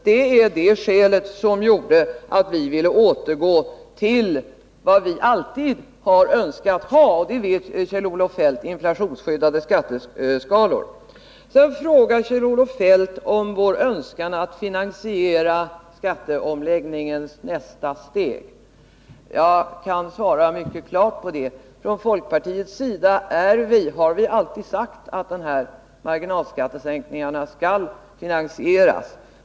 Det var detta som gjorde att vi ville återgå till vad vi alltid har önskat, nämligen — och det vet Kjell-Olof Feldt — inflationsskyddade skatteskalor. Sedan frågar Kjell-Olof Feldt om vår önskan att finansiera skatteomläggningens nästa steg. Jag kan svara mycket klart. Från folkpartiets sida har vi alltid sagt att de här marginalskattesänkningarna skall finansieras.